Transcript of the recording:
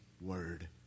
word